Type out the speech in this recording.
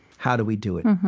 how do we do it?